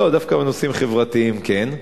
לא, דווקא בנושאים חברתיים כן,